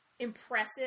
Impressive